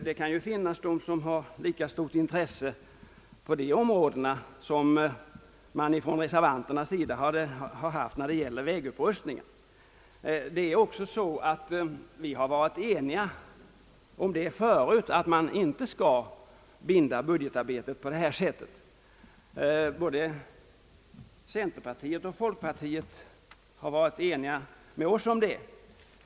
Det kan finnas personer som på dessa områden har ett lika stort intresse som reservanterna har när det gäller vägarnas upprustning. Både centerpartiet och folkpartiet har tidigare varit ense med oss om att man inte på detta sätt skall binda budgetarbetet.